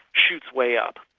shoots way up.